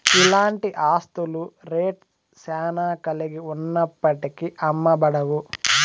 ఇలాంటి ఆస్తుల రేట్ శ్యానా కలిగి ఉన్నప్పటికీ అమ్మబడవు